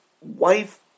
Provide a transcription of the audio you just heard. wife